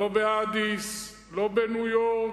לא באדיס, לא בניו-יורק,